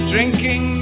Drinking